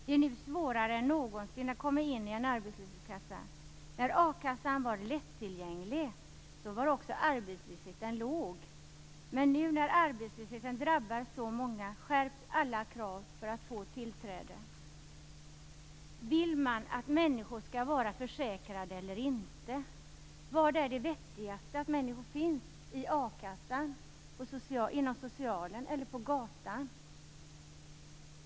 Det är nu svårare än någonsin att komma in i en arbetslöshetskassa. När a-kassan var lättillgänglig var också arbetslösheten låg. Men nu när arbetslösheten drabbar så många skärps alla krav för att få tillträde. Vill man att människor skall vara försäkrade eller inte? Var är det vettigast att människor finns, i a-kassan, inom socialen eller på gatan?